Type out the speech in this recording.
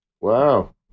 Wow